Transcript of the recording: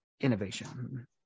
innovation